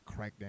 Crackdown